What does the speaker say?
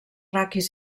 raquis